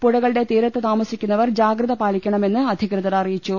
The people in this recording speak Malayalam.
പുഴകളുടെ തീരത്തു താമസിക്കുന്നവർ ജാഗ്രത പാലിക്കണമെന്ന് അധികൃതർ അറിയിച്ചു